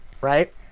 right